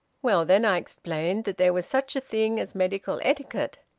well, then i explained that there was such a thing as medical etiquette.